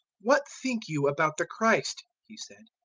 what think you about the christ, he said,